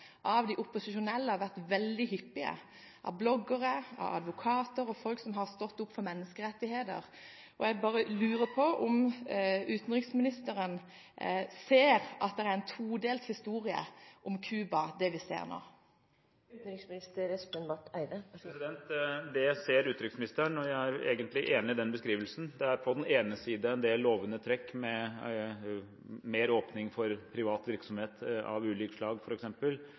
av de opposisjonelle har vært veldig hyppige, av bloggere, av advokater og av folk som har stått opp for menneskerettigheter. Jeg bare lurer på om utenriksministeren ser at det er en todelt historie om Cuba vi ser nå. Det ser utenriksministeren, og jeg er egentlig enig i den beskrivelsen. Det er på den ene siden en del lovende trekk, med mer åpning for privat virksomhet av ulike slag